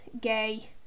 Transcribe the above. gay